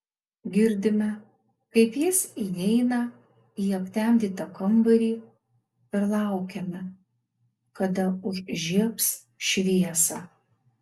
girdime kaip jis įeina į aptemdytą kambarį ir laukiame kada užžiebs šviesą